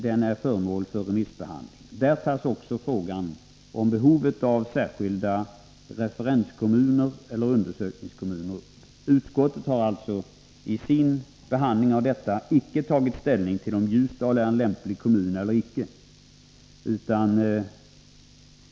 De har varit föremål för remissbehandling. I kommitténs förslag tas också frågan om behovet av särskilda referenskommuner eller undersökningskommuner upp. Utskottet har i sin behandling av vpk-motionen icke tagit ställning till om Ljusdal är en lämplig kommun eller inte.